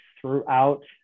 throughout